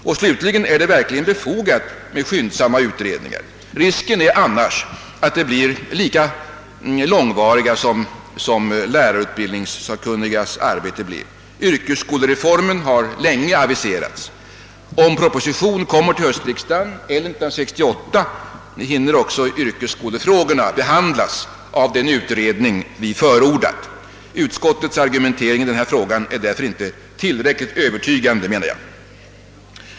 För det tredje är det verkligen befogat med skyndsamma utredningar. Risken är annars att det hela blir lika långvarigt som lärarutbildningssakkunnigas arbete blev. Yrkesskolereformen har länge aviserats. Om propositionen kommer till höstriksdagen 1968, hinner också yrkesskolefrågorna behandlas av den utredning vi förordat. Utskottets argumentering i denna fråga är därför inte tillräckligt övertygande.